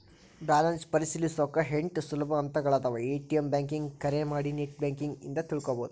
balance ಪರಿಶೇಲಿಸೊಕಾ ಎಂಟ್ ಸುಲಭ ಹಂತಗಳಾದವ ಎ.ಟಿ.ಎಂ ಬ್ಯಾಂಕಿಂಗ್ ಕರೆ ಮಾಡಿ ನೆಟ್ ಬ್ಯಾಂಕಿಂಗ್ ಇಂದ ತಿಳ್ಕೋಬೋದು